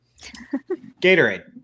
Gatorade